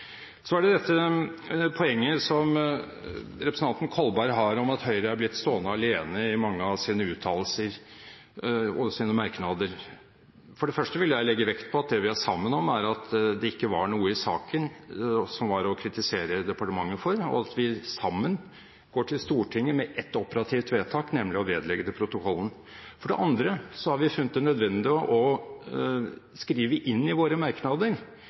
Så er det dette poenget som representanten Kolberg har, om at Høyre er blitt stående alene i mange av sine uttalelser og sine merknader. For det første vil jeg legge vekt på at det vi er sammen om, er at det ikke var noe i saken som var å kritisere departementet for, og at vi sammen går til Stortinget med ett operativt vedtak, nemlig å vedlegge det protokollen. For det andre har vi funnet det nødvendig å skrive inn i våre merknader